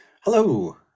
Hello